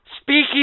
Speaking